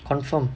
confirm